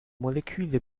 moleküle